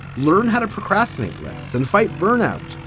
learn how to procrastinate less and fight burnout,